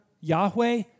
Yahweh